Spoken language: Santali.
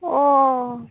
ᱚᱻ